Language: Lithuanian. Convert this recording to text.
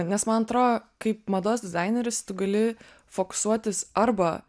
nes man atrodo kaip mados dizaineris tu gali fokusuotis arba